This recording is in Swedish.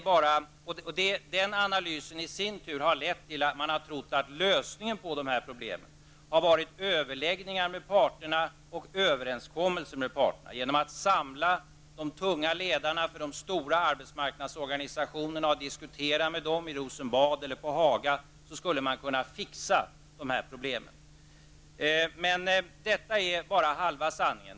Den analysen i sin tur har lett till att man trott att lösningen på dessa problem har varit överläggningar och överenskommelser med parterna. Genom att samla ledarna för de stora arbetsmarknadsorganisationerna för diskussioner i Rosenbad eller på Haga skulle man kunna fixa de här problemen. Men detta är bara halva sanningen.